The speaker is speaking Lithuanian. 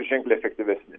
ženkliai efektyvesni